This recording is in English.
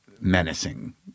Menacing